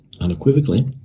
Unequivocally